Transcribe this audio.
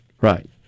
Right